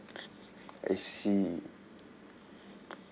I see